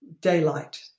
daylight